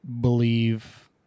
believe